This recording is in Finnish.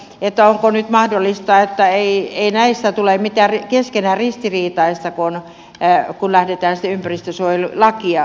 onko nyt mahdollista että näissä ei tule mitään keskenään ristiriitaista kun lähdetään sitten ympäristönsuojelulakia katsomaan